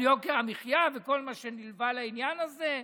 על יוקר המחיה וכל מה שנלווה לעניין הזה,